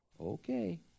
Okay